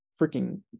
freaking